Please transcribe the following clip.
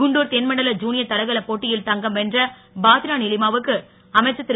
குண்டூர் தென்மண்டல ஜுனியர் தடகள போட்டியில் தங்கம் வென்ற பாத்தினா நீலிமா வுக்கு அமைச்சர் திரு